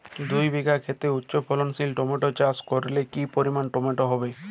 দুই বিঘা খেতে উচ্চফলনশীল টমেটো চাষ করলে কি পরিমাণ টমেটো হবে?